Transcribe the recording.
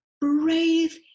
brave